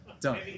done